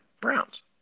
Browns